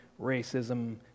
racism